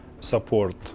support